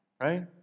right